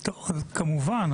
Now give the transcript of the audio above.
כמובן,